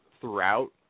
throughout